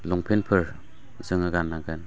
लंपेन्टफोर जोङो गाननांगोन